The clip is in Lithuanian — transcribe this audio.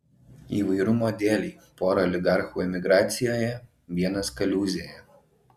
įvairumo dėlei pora oligarchų emigracijoje vienas kaliūzėje